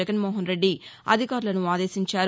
జగన్ మోహన్ రెడ్డి అధికారులను ఆదేశించారు